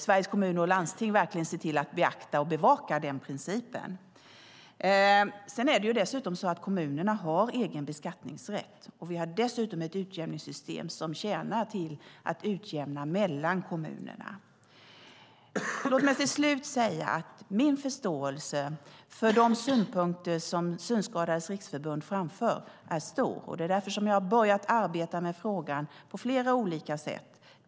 Sveriges Kommuner och Landsting ser verkligen till att beakta och bevaka den principen. Kommunerna har egen beskattningsrätt. Vi har dessutom ett utjämningssystem som tjänar till att utjämna mellan kommunerna. Låt mig till sist säga att min förståelse för de synpunkter som Synskadades Riksförbund framför är stor. Därför har jag börjat arbeta med frågan på flera olika sätt.